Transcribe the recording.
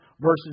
versus